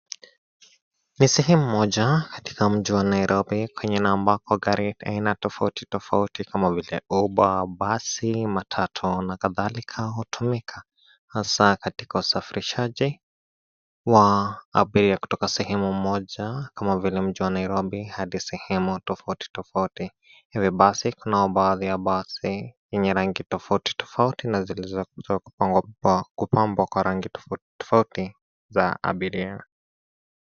Ni sehemu moja katika mji wa Nairobi kwenye na ambako gari za aina tofauti tofauti kama vile (cs) uber (cs) , matatu na magari kadhalika ambayo hutumika hasa katika usafirishaji wa abiria kutoka sehemu moja kama vile mji wa Nairobi hadi sehemu tofauti tofauti ..hivyo basi nazo baadhi ya basi zenye rangi tofauti tofauti na zilizopambwa kwa rangi tofauti tofauti za abiria.